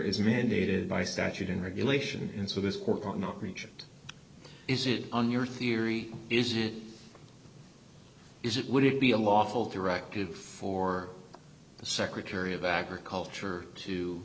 is mandated by statute and regulation and so this court cannot reach is it on your theory is it is it would it be a lawful directed for the secretary of agriculture to